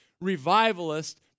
revivalist